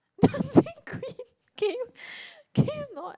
Dancing Queen can you can you not